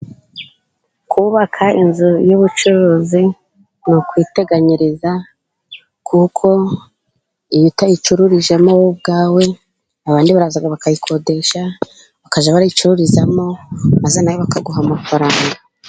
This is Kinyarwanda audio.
Kubaka inzu y'ubucuruzi ni ukwiteganiriza kuko iyo utayicururijemo wowe ubwawe, abandi baraza bakayikodesha bakajya bayicururizamo, maze nabo bakaguha amafaranga.